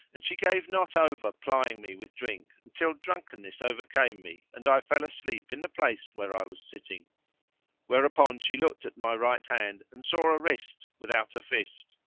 and she gave not over plying me with drink until drunkenness overcame me and i fell asleep in the place where i was sitting whereupon she looked at my right hand and saw a wrist without a fist.